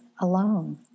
alone